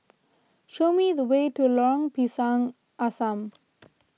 show me the way to Lorong Pisang Asam